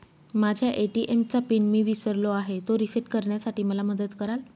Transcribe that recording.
माझ्या ए.टी.एम चा पिन मी विसरलो आहे, तो रिसेट करण्यासाठी मला मदत कराल?